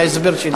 ההסבר שלי.